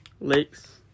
lakes